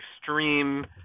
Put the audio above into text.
extreme